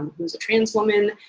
who's a trans woman,